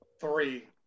three